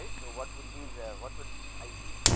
so what would be the, what would i b